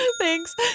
Thanks